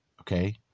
okay